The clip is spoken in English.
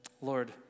Lord